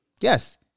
Yes